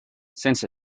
sense